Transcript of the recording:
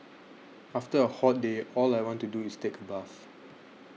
after a hot day all I want to do is take a bath